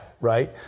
Right